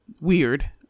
weird